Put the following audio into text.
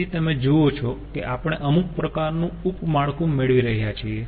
તેથી તમે જુઓ છો કે આપણે અમુક પ્રકારનું ઉપ માળખું મેળવી રહ્યા છીએ